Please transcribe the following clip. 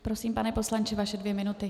Prosím, pane poslanče, vaše dvě minuty.